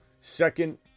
second